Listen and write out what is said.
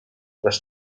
les